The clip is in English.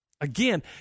Again